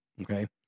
Okay